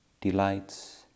delights